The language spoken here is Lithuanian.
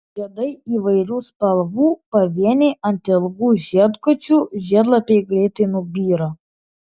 žiedai įvairių spalvų pavieniai ant ilgų žiedkočių žiedlapiai greitai nubyra